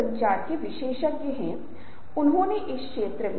सूचना की गुणवत्ता क्या है